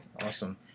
Awesome